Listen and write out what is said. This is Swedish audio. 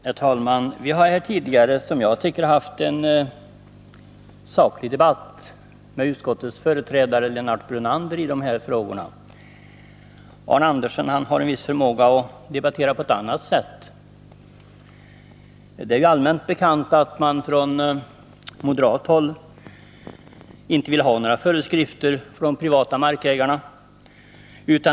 Herr talman! Vi har tidigare haft, som jag tycker, en saklig debatt med utskottets företrädare Lennart Brunander i dessa frågor. Arne Andersson i Ljung har en viss förmåga att debattera på ett annat sätt. Det är ju allmänt bekant att man från moderat håll inte vill ha några föreskrifter för de privata markägarna.